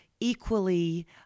equally